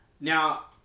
Now